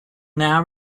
now